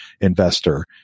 investor